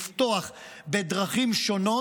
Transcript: לפתוח בדרכים שונות,